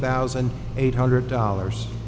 thousand eight hundred dollars